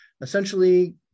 essentially